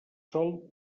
sol